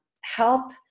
help